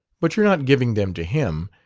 but you're not giving them to him.